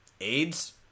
AIDS